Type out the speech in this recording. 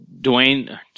Dwayne